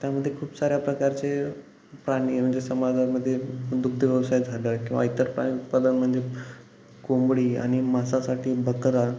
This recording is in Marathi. त्यामध्ये खूप साऱ्या प्रकारचे प्राणी म्हणजे समाजामध्ये दुग्धव्यवसाय झालं किंवा इतर प्रा उत्पादन म्हणजे कोंबडी आणि मांसासाठी बकरा